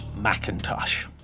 Macintosh